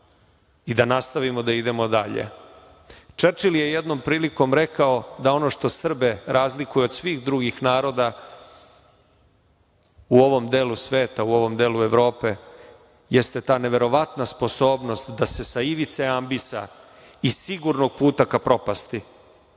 i da nastavimo da idemo dalje. Čerčil je jednom prilikom rekao da ono što Srbe razlikuje od svih drugih naroda u ovom delu sveta, u ovom delu Evrope jeste ta neverovatna sposobnost da se sa ivice ambisa i sigurnog puta ka propasti